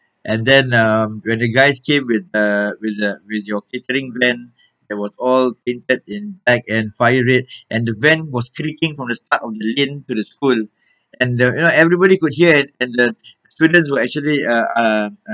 and then um when the guys came with the with the with your catering van it was all painted in black and fire red and the van was creaking from the start of the lane to the school and the you know everybody could hear and the students were actually uh uh uh